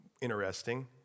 Interesting